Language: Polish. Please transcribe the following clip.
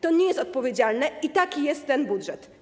To nie jest odpowiedzialne i taki jest ten budżet.